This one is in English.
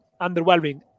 underwhelming